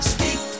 Speak